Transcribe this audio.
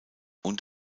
und